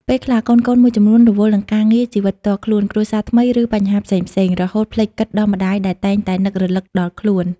ពេលខ្លះ កូនៗមួយចំនួនរវល់នឹងការងារ ជីវិតផ្ទាល់ខ្លួន គ្រួសារថ្មី ឬបញ្ហាផ្សេងៗ រហូតភ្លេចគិតដល់ម្ដាយដែលតែងតែនឹករលឹកដល់ខ្លួន។